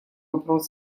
вопрос